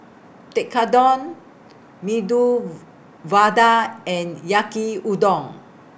Tekkadon Medu Vada and Yaki Udon